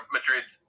Madrid